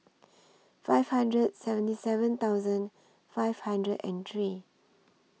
five hundred seventy seven thousand five hundred and three